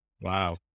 wow